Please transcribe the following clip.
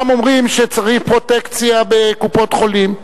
אומרים שצריך פרוטקציה בקופות-חולים?